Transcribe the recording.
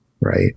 Right